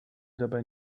dabei